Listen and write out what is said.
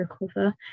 recover